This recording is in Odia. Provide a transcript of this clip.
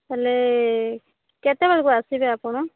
ହେଲେ କେତେବେଳେକୁ ଆସିବେ ଆପଣ